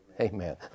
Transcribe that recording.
Amen